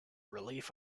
relief